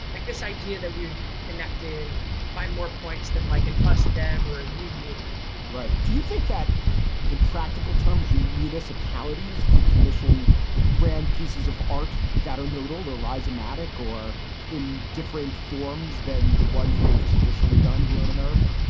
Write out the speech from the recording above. like this idea that we would be connected by more points than like an us, them or you meet right. do you think that in practical terms, municipalities could commission grand pieces of art that are noodled or rise of mattick or in different forms than the ones they've traditionally done here in america?